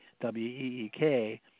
W-E-E-K